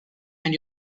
and